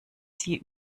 sie